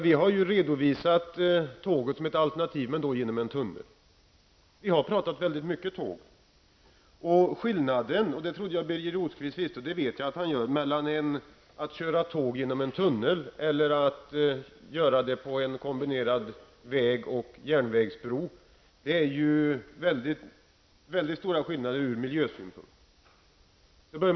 Vi har talat om alternativet tåg men då i samband med byggandet av en tunnel. Vi har talat mycket om tåg. Skillnaden mellan att köra tåg genom en tunnel och att göra det på en kombinerad väg och järnvägsbro är -- som Birger Rosqvist mycket väl vet -- från miljösynpunkt mycket stor.